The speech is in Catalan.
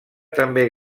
també